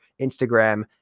Instagram